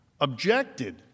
objected